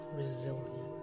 resilient